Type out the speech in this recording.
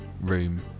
room